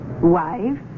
Wife